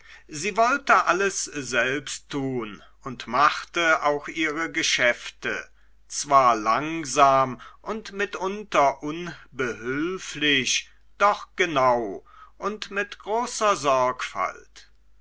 sie wollte alles selbst tun und machte auch ihre geschäfte zwar langsam und mitunter unbehülflich doch genau und mit großer sorgfalt